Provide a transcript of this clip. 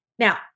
Now